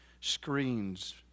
screens